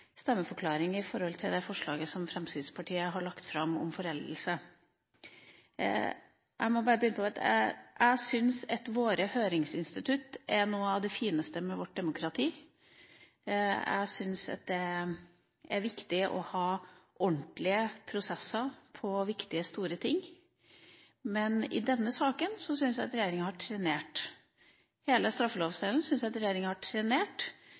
stemmeforklaring, det gjelder det forslaget som Fremskrittspartiet har lagt fram om foreldelse. Jeg syns at våre høringsinstitutt er noe av det fineste med vårt demokrati. Jeg syns det er viktig å ha ordentlige prosesser på viktige, store ting. Men denne saken syns jeg regjeringa har trenert. Jeg syns at regjeringa har trenert hele straffelovdelen. Den hindrer Stortinget i å få gjennomført de tingene som Stortinget ønsker. Med sin flertallsmakt – nok et argument for at